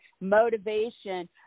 motivation